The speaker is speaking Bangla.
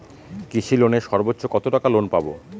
কৃষি লোনে সর্বোচ্চ কত টাকা লোন পাবো?